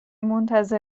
منتظر